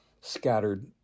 scattered